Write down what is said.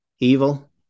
Evil